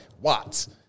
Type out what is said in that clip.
watts